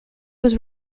was